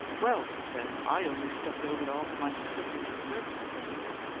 well, he said, i only stepped over to offer my sympathy and services, as it were.